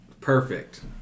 Perfect